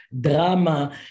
drama